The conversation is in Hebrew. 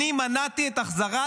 אני מנעתי את החזרת